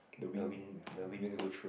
the wind the wind b~